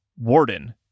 warden